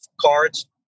cards